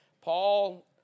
Paul